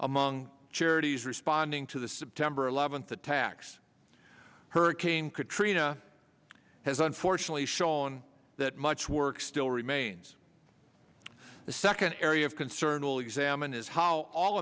among charities responding to the september eleventh attacks hurricane katrina has unfortunately shown that much work still remains the second area of concern will examine is how all